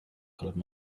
colored